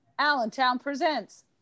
AllentownPresents